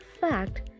fact